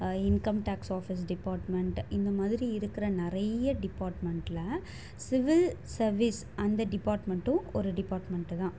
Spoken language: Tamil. இன்கம் டேக்ஸ் ஆஃபீஸ் டிபார்ட்மெண்ட் இந்த மாதிரி இருக்கிற நிறைய டிபார்ட்மெண்டில் சிவில் சர்வீஸ் அந்த டிபார்ட்மெண்ட்டும் ஒரு டிபார்ட்மெண்ட்டு தான்